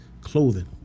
clothing